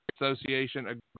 Association